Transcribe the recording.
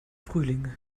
frühling